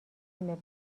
تیم